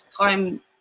Time